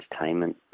entertainment